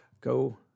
go